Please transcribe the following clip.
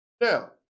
Now